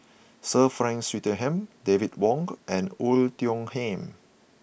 Sir Frank Swettenham David Wong and Oei Tiong Ham